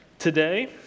today